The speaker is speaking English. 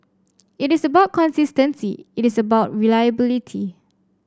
it is about consistency it is about reliability